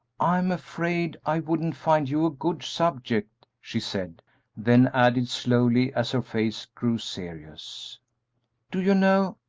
i'm afraid i wouldn't find you a good subject, she said then added, slowly, as her face grew serious do you know,